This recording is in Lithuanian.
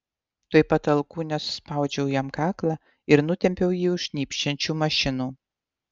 tuoj pat alkūne suspaudžiau jam kaklą ir nutempiau jį už šnypščiančių mašinų